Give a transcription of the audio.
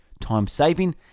time-saving